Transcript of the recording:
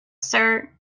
sir